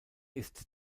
ist